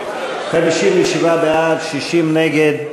57 בעד, 60 נגד.